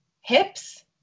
hips